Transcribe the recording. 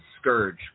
scourge